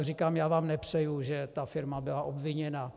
Říkám, já vám nepřeju, že ta firma byla obviněna.